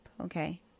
okay